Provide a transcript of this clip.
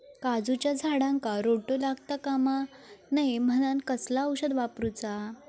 काजूच्या झाडांका रोटो लागता कमा नये म्हनान कसला औषध वापरूचा?